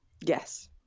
yes